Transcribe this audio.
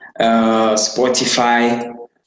Spotify